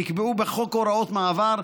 נקבעו בחוק הוראות מעבר,